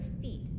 feet